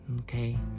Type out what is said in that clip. okay